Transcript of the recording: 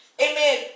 amen